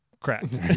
cracked